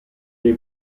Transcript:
dei